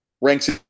ranks